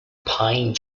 pine